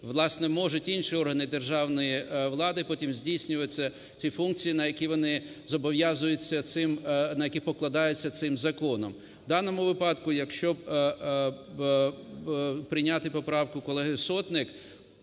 власне, можуть інші органи державної влади потім здійснювати ці функції, на які вони зобов'язуються цим … на які покладаються цим законом. У даному випадку, якщо прийняти поправку колеги Сотник,